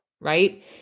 right